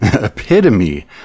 epitome